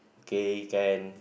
okay can